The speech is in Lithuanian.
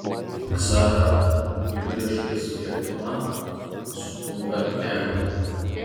ksavera gyvuliškai spiegdama suklumpa ant kelių